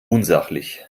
unsachlich